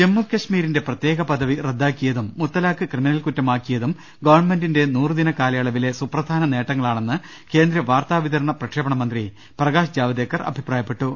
ജമ്മുകശ്മീരിന്റെ പ്രത്യേക പദവി റദ്ദാക്കിയതും മുത്തലാക്ക് ക്രിമി നൽകുറ്റമാക്കിയതും ഗവൺമെന്റിന്റെ നൂറുദിന കാലയളവിലെ സുപ്ര ധാന നേട്ടങ്ങളാണെന്ന് കേന്ദ്ര വാർത്താവിതരണ പ്രക്ഷേപണമന്ത്രി പ്രകാശ് ജാവദേക്കർ അഭിപ്രായപ്പെട്ടു